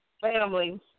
family